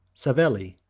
savelli,